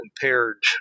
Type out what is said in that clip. compared